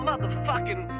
Motherfucking